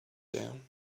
down